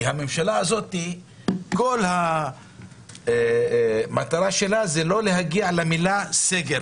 כי הממשלה הזאת כל המטרה שלה זה לא להגיע למילה סגר